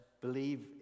Believe